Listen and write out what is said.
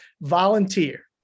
volunteer